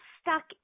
stuck